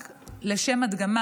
רק לשם הדגמה,